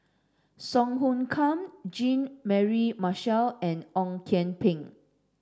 Song Hoot Kiam Jean Mary Marshall and Ong Kian Peng